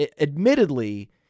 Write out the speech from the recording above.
admittedly